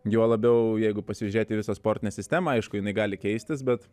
juo labiau jeigu pasižiūrėti į visą sportinę sistemą aišku jinai gali keistis bet